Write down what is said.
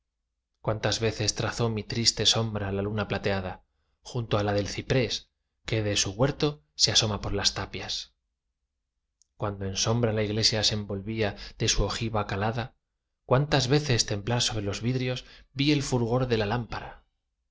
cuántas veces trazó mi triste sombra la luna plateada junto á la del ciprés que de su huerto se asoma por las tapias cuando en sombras la iglesia se envolvía de su ojiva calada cuántas veces temblar sobre los vidrios vi el fulgor de la lámpara